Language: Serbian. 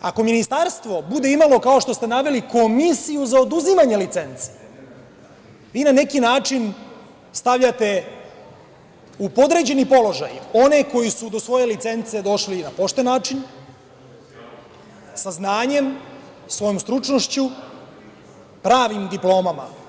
ako ministarstvo bude imalo, kao što ste naveli, komisiju za oduzimanje licence, vi na neki način stavljate u podređeni položaj one koji su do svoje licence došli na pošten način, sa znanjem, svojom stručnošću i pravim diplomama.